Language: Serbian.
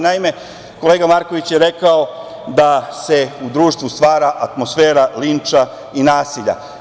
Naime, kolega Marković je rekao da se u društvu stvara atmosfera linča i nasilja.